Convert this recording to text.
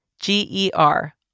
G-E-R